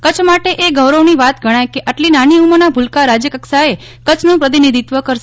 કચ્છ માટે એ ગૌરવની વાત ગણાય કે આટલી નાની ઉંમરનાં ભૂલકાં રાજ્યકક્ષાએ કચ્છનું પ્રતિનિધિત્વ કરશે